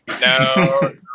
No